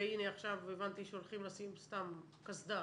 והנה עכשיו הבנתי שהולכים לשים קסדה